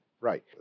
right